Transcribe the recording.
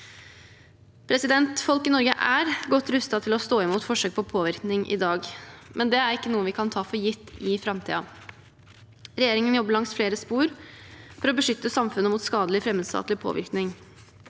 Folk i Norge er godt rustet til å stå imot forsøk på påvirkning i dag, men det er ikke noe vi kan ta for gitt i framtiden. Regjeringen vil jobbe langs flere spor for å beskytte samfunnet mot skadelig fremmedstatlig påvirkning.